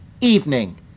evening